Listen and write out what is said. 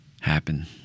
happen